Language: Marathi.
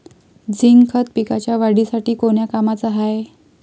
झिंक खत पिकाच्या वाढीसाठी कोन्या कामाचं हाये?